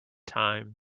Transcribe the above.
time